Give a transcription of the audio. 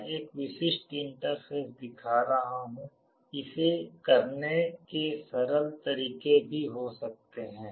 मैं एक विशिष्ट इंटरफ़ेस दिखा रहा हूं इसे करने के सरल तरीके भी हो सकते हैं